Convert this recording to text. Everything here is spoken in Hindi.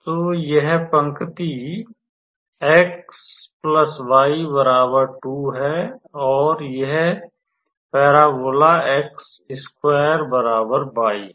तो यह पंक्ति है और यह परवलय है